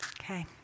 Okay